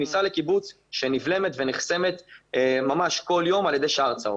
בכניסה לקיבוץ שנבלמת ונחסמת ממש כל יום על ידי שער צהוב?